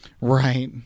Right